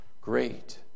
Great